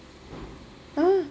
!huh!